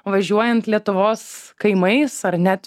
važiuojant lietuvos kaimais ar net